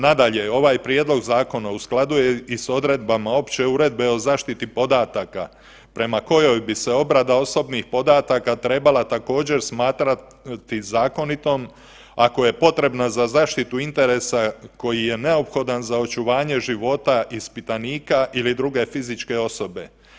Nadalje, ovaj prijedlog zakona u skladu je i s odredbama opće uredbe o zaštiti podataka prema kojoj bi se obrada osobnih podataka trebala također smatrati zakonitom ako je potrebna za zaštitu interesa koji je neophodan za očuvanje života ispitanika ili druge fizičke osobe.